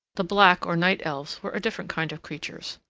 the black or night elves were a different kind of creatures.